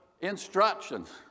instructions